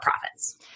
profits